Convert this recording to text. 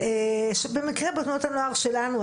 שבמקרה בתנועות הנוער שלנו,